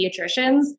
pediatricians